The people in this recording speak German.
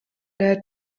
der